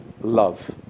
love